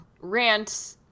rant